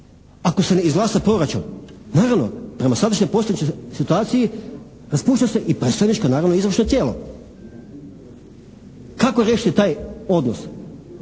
Ako se ne izglasa proračun, naravno prema sadašnjoj postojećoj situaciji raspušta se predstavničko i naravno izvršno tijelo. Kako riješiti taj odnos,